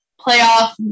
playoff